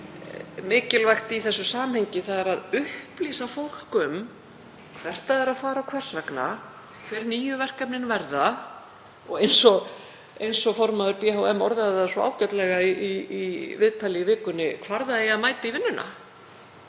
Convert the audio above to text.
mikilvægt í þessu samhengi að upplýsa fólk um hvert það er að fara og hvers vegna, hver nýju verkefnin verða, og eins og formaður BHM orðaði það svo ágætlega í viðtali í vikunni, hvar það eigi að mæta í vinnuna